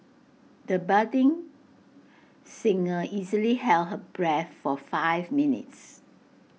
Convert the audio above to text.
the budding singer easily held her breath for five minutes